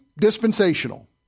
dispensational